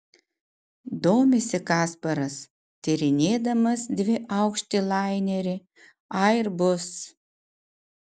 domisi kasparas tyrinėdamas dviaukštį lainerį airbus